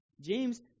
James